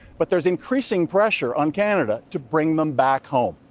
but there's increasing pressure on canada to bring them back home.